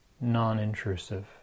non-intrusive